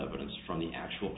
evidence from the actual